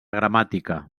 gramàtica